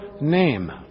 name